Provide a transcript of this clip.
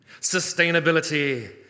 sustainability